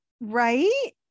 right